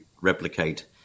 replicate